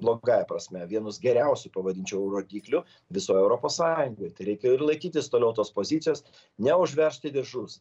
blogąja prasme vienus geriausių pavadinčiau rodyklių visoje europos sąjungoj tai reikia ir laikytis toliau tos pozicijos neužveršti diržus